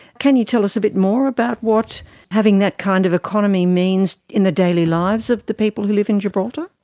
can you tell us a bit more what having that kind of economy means in the daily lives of the people who live in gibraltar?